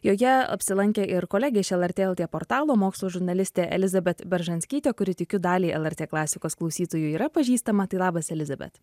joje apsilankė ir kolegė iš lrt lt portalo mokslo žurnalistė elizabet beržanskytė kuri tikiu daliai lrt klasikos klausytojų yra pažįstama tai labas elizabet